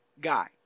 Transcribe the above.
guy